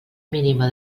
mínima